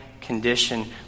condition